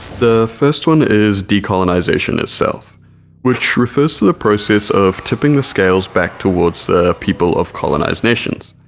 the first one is decolonization itself which refers to the process of tipping the scales back towards the people of colonized nations,